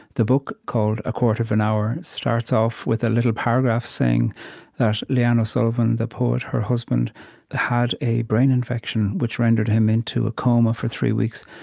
the book, called a quarter of an hour, starts off with a little paragraph, saying that leanne o'sullivan, the poet, her husband had a brain infection which rendered him into a coma for three weeks.